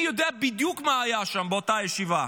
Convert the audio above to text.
אני יודע בדיוק מה היה שם באותה הישיבה,